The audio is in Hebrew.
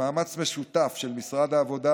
במאמץ משותף של משרד העבודה,